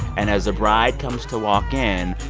and as the bride comes to walk in,